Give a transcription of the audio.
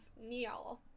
Neil